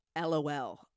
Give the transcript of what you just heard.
LOL